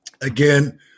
again